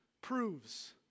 proves